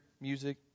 music